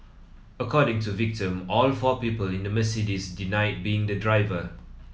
according to victim all four people in the Mercedes denied being the driver